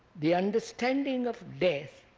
the understanding of death